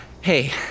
Hey